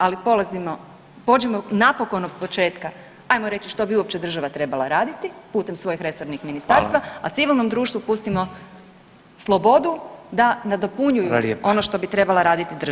Ali polazimo, pođimo napokon od početka, ajmo reći što bi uopće država trebala raditi putem svojih resornih ministarstava [[Upadica: Hvala.]] a civilnom društvu pustimo slobodu da nadopunjuju [[Upadica: Hvala lijepa.]] ono što bi trebala raditi država.